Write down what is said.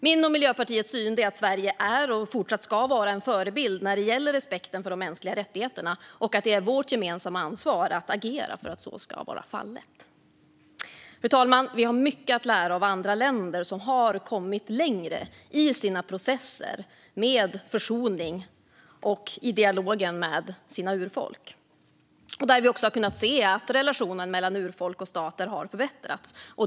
Min och Miljöpartiets syn är att Sverige är och ska fortsätta vara en förebild när det gäller respekten för de mänskliga rättigheterna, och att det är vårt gemensamma ansvar att agera för att så ska vara fallet. Fru talman! Sverige har mycket att lära av andra länder som har kommit längre i sina försoningsprocesser och i dialogen med sina urfolk. Där har vi också kunnat se att relationen mellan urfolk och stat förbättrats.